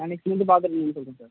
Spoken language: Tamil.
பார்த்துட்டு வந்து சொல்லுங்கள் சார்